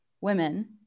women